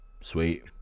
Sweet